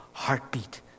heartbeat